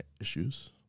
issues